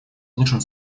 лучшем